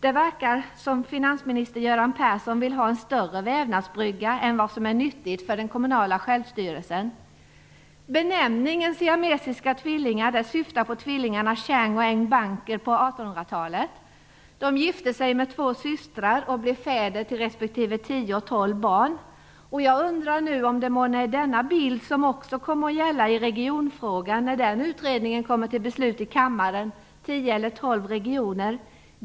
Det verkar som om finansminister Göran Persson vill ha en större vävnadsbrygga än vad som är nyttigt för den kommunala självstyrelsen. Benämningen siamesiska tvillingar syftar på tvillingarna Chang och Eng Bunker på 1800-talet. De gifte sig med två systrar och blev fäder till tio respektive tolv barn. Är det månne denna bild som också kommer att gälla i regionfrågan, när resultatet av den utredningen kommer till beslut i kammaren, på så sätt att det kommer att handla om tio eller tolv regioner?